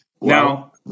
Now